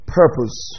purpose